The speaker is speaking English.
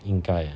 应该 ah